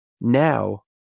Now